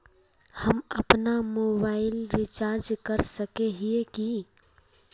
हम अपना mobile recharge कर सकय हिये की?